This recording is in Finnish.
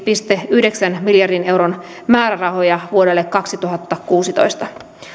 yhdeksän miljardin euron määrärahoja vuodelle kaksituhattakuusitoista